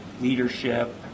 leadership